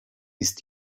ist